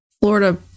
Florida